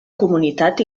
comunitat